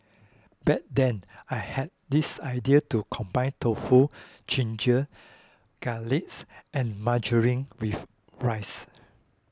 back then I had this idea to combine tofu ginger garlics and margarine with rice